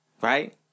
right